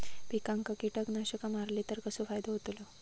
पिकांक कीटकनाशका मारली तर कसो फायदो होतलो?